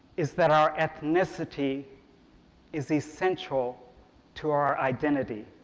is that our ethnicity is essential to our identity,